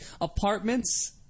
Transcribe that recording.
Apartments